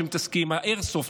האיירסופט,